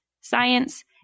science